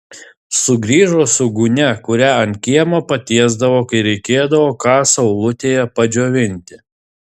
sugrįžo su gūnia kurią ant kiemo patiesdavo kai reikėdavo ką saulutėje padžiovinti